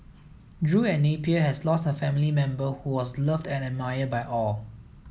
Drew and Napier has lost a family member who was loved and admired by all